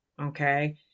Okay